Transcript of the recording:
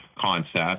concept